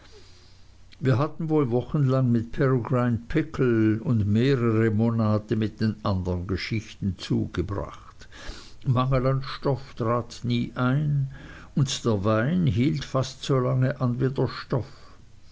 wir hatten wohl wochenlang mit peregrine pickle und mehrere monate mit den andern geschichten zugebracht mangel an stoff trat nie ein und der wein hielt fast so lange an wie der stoff